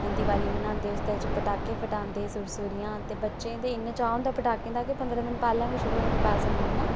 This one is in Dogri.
दिवाली मनांदे उसदे बिच्च पटाखे फटांदे सुरसुरियां ते बच्चें गी ते इन्ना चा हुंदा पटाखें दा के पंदरां दिन पैहलें गै शुरू होई जंदे पैसे मंगना